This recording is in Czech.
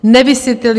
Nevysvětlili.